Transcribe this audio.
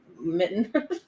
Mitten